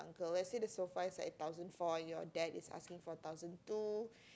uncle and let's say the sofa is like a thousand four and your dad is asking for a thousand two